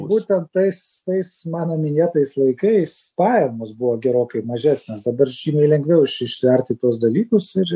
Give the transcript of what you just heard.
būtent tais tais mano minėtais laikais pajamos buvo gerokai mažesnės dabar žymiai lengviau ištverti tuos dalykus ir